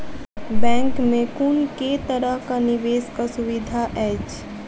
Bank मे कुन केँ तरहक निवेश कऽ सुविधा अछि?